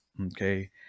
Okay